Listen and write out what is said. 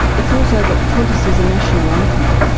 it's also that qantas is a national icon,